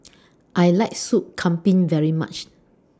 I like Soup Kambing very much